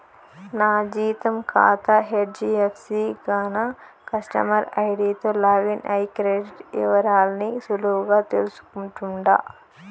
నా జీతం కాతా హెజ్డీఎఫ్సీ గాన కస్టమర్ ఐడీతో లాగిన్ అయ్యి క్రెడిట్ ఇవరాల్ని సులువుగా తెల్సుకుంటుండా